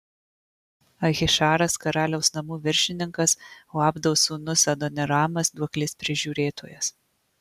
ahišaras karaliaus namų viršininkas o abdos sūnus adoniramas duoklės prižiūrėtojas